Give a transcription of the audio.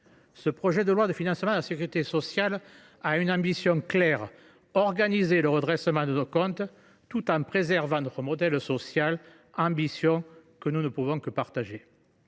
Ce projet de loi de financement de la sécurité sociale porte une ambition claire : organiser le redressement de nos comptes tout en préservant notre modèle social. Cette ambition, nous ne pouvons que la partager.